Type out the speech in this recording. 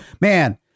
man